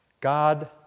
God